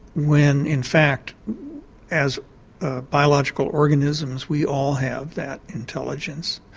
when in fact as biological organisms we all have that intelligence.